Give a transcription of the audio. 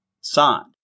signed